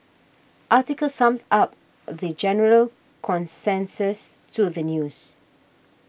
article summed up the general consensus to the news